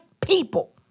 people